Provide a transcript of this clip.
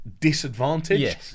disadvantage